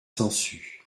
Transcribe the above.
sansu